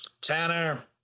Tanner